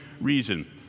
reason